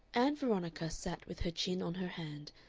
ann veronica sat with her chin on her hand,